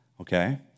okay